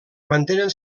mantenen